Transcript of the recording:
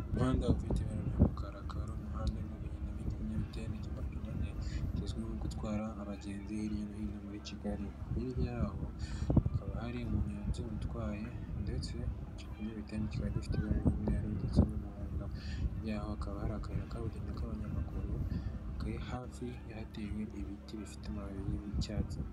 Umuhanda ufite ibara ry'umukara akaba ari umuhanda urimo ikinyabitende cy'amapine kizwi nko gutwara abagenzi hirya no hino muri Kigali, hirya y'aho hakaba hari umunyonzi utwaye ndetse icyo kinyamitende kikaba gifite ibara ry'umweru ndetse n'umuhondo ryaho hakaba hari akayira kabugenewe k'abanyamaguru kari hafi yahatewe ibiti bifite amababi y'icyatsi.